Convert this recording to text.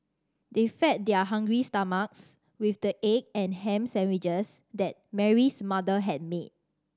they fed their hungry stomachs with the egg and ham sandwiches that Mary's mother had made